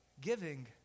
giving